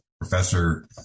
professor